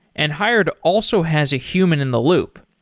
and hired also has a human in the loop.